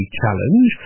challenge